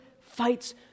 fights